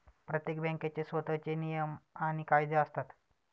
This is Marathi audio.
प्रत्येक बँकेचे स्वतःचे नियम आणि कायदे असतात